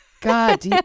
God